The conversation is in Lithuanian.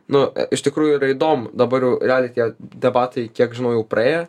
nu iš tikrųjų yra įdomu dabar jau realiai tie debatai kiek žinau jau praėję